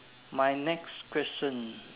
my next question